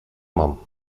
mam